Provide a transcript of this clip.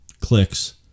clicks